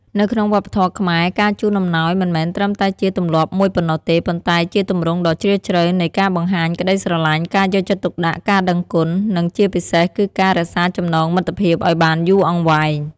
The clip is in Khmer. នៅក្នុងវប្បធម៌ខ្មែរ ការជូនអំណោយមិនមែនត្រឹមតែជាទម្លាប់មួយប៉ុណ្ណោះទេ ប៉ុន្តែជាទម្រង់ដ៏ជ្រាលជ្រៅនៃការបង្ហាញក្តីស្រឡាញ់ ការយកចិត្តទុកដាក់ ការដឹងគុណ និងជាពិសេសគឺការរក្សាចំណងមិត្តភាពឱ្យបានយូរអង្វែង។